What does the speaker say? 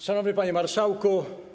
Szanowny Panie Marszałku!